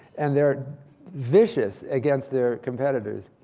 and they are vicious against their competitors.